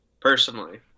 personally